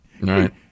Right